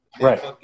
Right